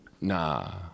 Nah